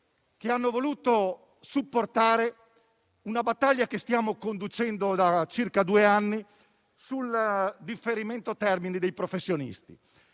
che hanno voluto supportare una battaglia che stiamo conducendo da circa due anni sul differimento termini dei professionisti.